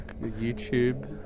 YouTube